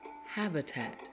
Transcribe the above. Habitat